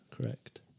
Correct